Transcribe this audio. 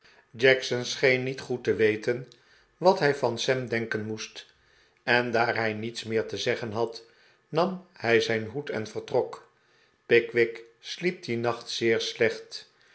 jackson scheen niet goed te weten wat hij van sam denken moest en daar hij niets meer te zeggen had nam hij zijn hoed en vertrok pickwick sliep dien nacht zeer slecht